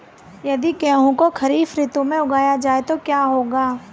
यदि गेहूँ को खरीफ ऋतु में उगाया जाए तो क्या होगा?